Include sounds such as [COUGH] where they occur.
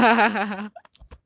[LAUGHS]